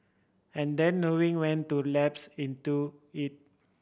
and then knowing when to lapse into it